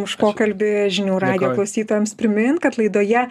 už pokalbį žinių radijo klausytojams primint kad laidoje